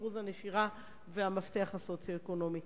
באחוז הנשירה ובמפתח הסוציו-אקונומי,